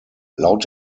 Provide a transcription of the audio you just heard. laut